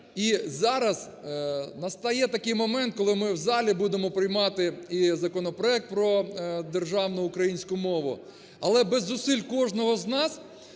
І зараз настає такий момент, коли ми в залі будемо приймати і законопроект про державну українську мову. Але без зусиль кожного з нас,